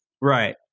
Right